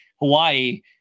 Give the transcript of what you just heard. hawaii